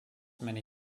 many